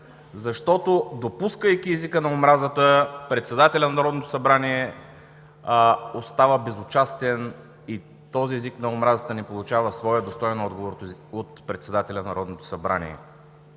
защото, допускайки езика на омразата, председателят на Народното събрание остава безучастен, и този език на омразата не получава своя достоен отговор от председателя на Народното събрание.